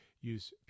use